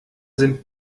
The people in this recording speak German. sind